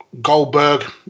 Goldberg